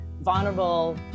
vulnerable